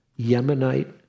Yemenite